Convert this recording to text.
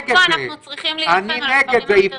זה רק פה אנחנו צריכים להילחם על הדברים האחרים.